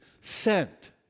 sent